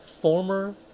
former